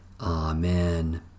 Amen